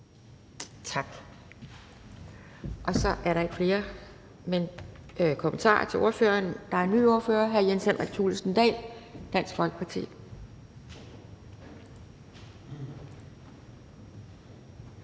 Tak. Så er der ikke flere korte bemærkninger til ordføreren. Der er en ny ordfører, og det er hr. Jens Henrik Thulesen Dahl, Dansk Folkeparti.